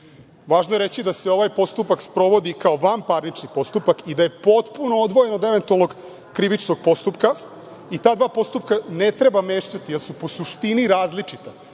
je reći da se ovaj postupak sprovodi kao van parnični postupak i da je potpuno odvojeno od eventualnog krivičnog postupka i ta dva postupka ne treba mešati, jer su po suštini različita. Dakle,